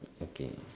okay